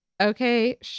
Okay